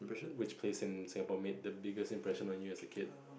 which place in Singapore made the biggest impression on you as a kid